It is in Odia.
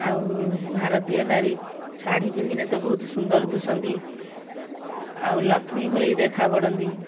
ଆଉ ଭାରତୀୟ ନାରୀ ଶାଢ଼ୀ ପିନ୍ଧିଲେ ତ ବହୁତ ସୁନ୍ଦର ଦୁଶନ୍ତି ଆଉ ଲକ୍ଷ୍ମୀ ଭଳି ଦେଖା ପଡ଼ନ୍ତି